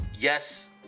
yes